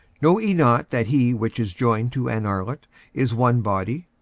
know ye not that he which is joined to an harlot is one body?